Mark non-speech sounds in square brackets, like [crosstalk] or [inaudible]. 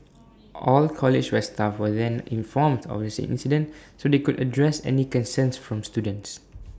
[noise] all the college west staff were then informed of the incident so they could address any concerns from students